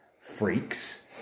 freaks